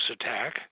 attack